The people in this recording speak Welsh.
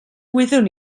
wyddwn